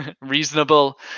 reasonable